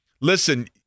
listen –